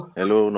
hello